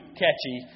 catchy